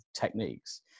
techniques